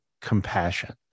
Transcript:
compassion